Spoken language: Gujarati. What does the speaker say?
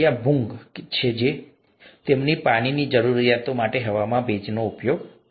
ત્યાં ભૃંગ છે જે તેમની પાણીની જરૂરિયાતો માટે હવામાં ભેજનો ઉપયોગ કરે છે